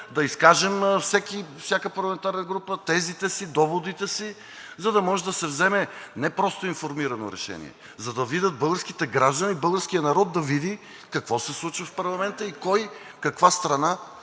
мнения, всяка парламентарна група да изкаже тезите си, доводите си, за да може да се вземе не просто информирано решение, за да видят българските граждани, българският народ да види какво се случва в парламента и кой каква страна